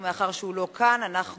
ומאחר שהוא לא כאן אנחנו